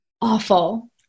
awful